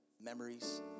memories